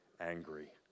angry